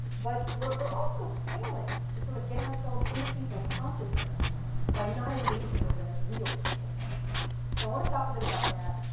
but we're also failing to sort of get ourselves into people's consciousness by not engaging with them as real people. so i want to talk a bit about that.